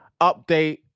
update